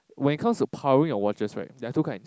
when it comes to powering your watches right there are two kinds